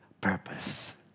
purpose